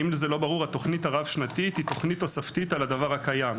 אם זה לא ברור התוכנית הרב-שנתית היא תוכנית תוספתית על הדבר הקיים.